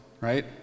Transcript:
right